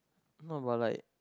no about like